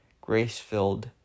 grace-filled